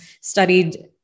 studied